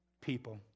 people